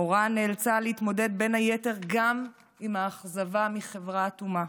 מורן נאלצה להתמודד בין היתר גם עם האכזבה מחברה אטומה.